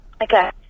Okay